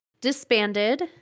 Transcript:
disbanded